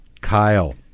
Kyle